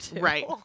Right